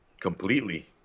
completely